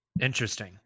Interesting